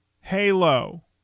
halo